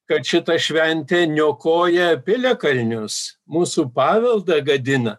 kad šita šventė niokoja piliakalnius mūsų paveldą gadina